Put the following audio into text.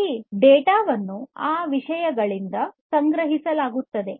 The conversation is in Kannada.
ಈ ವಿಷಯಗಳಿಂದ ಡೇಟಾ ವನ್ನು ಸಂಗ್ರಹಿಸಲಾಗುತ್ತದೆ